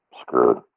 screwed